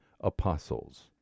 apostles